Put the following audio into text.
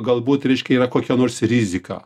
galbūt reiškia yra kokia nors rizika